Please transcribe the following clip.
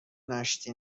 نشتی